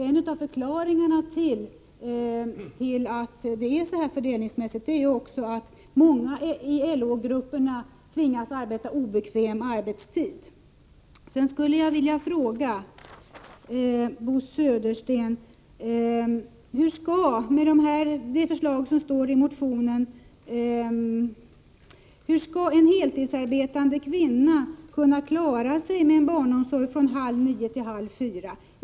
En av förklaringarna till den nuvarande fördelningen är också att många i LO-gruppen tvingas arbeta på obekväm arbetstid. Sedan skulle jag vilja fråga Bo Södersten: Hur skall — med det förslag som finns i motionen — en heltidsarbetande kvinna kunna klara sig med en barnomsorg från halv nio till halv fyra?